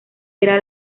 era